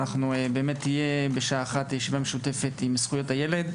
בשעה 13:00 תהיה ישיבה משותפת עם הוועדה לזכויות הילד.